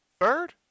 Third